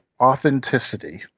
authenticity